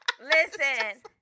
Listen